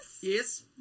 Yes